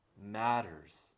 matters